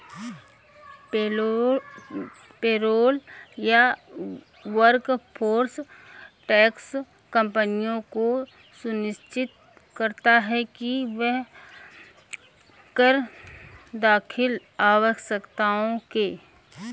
payroll या workforce tax कंपनियों को सुनिश्चित करता है कि वह कर दाखिल आवश्यकताओं के अनुपालन में है